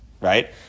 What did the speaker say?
right